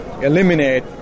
eliminate